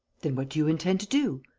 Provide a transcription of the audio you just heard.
then what do you intend to do?